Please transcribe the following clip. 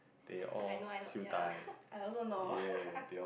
I know I know ya I also know